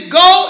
go